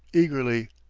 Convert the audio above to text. eagerly,